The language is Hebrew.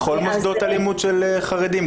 בכל מוסדות הלימוד של החרדים,